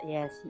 Yes